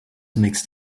mixed